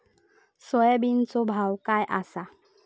सोयाबीनचो भाव काय आसा?